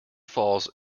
falls